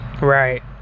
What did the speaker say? Right